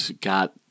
got